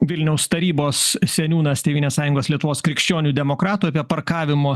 vilniaus tarybos seniūnas tėvynės sąjungos lietuvos krikščionių demokratų apie parkavimo